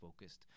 focused